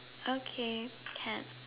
okay can